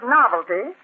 novelty